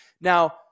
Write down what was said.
Now